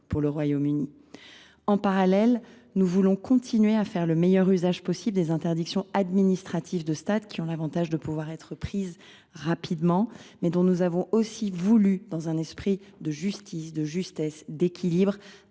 ans au Royaume Uni. Parallèlement, nous souhaitons continuer à faire le meilleur usage possible des interdictions administratives de stade, qui ont l’avantage de pouvoir être prises rapidement, mais dont nous avons aussi voulu, dans un esprit de justice, d’efficacité et d’équilibre,